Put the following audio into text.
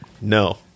no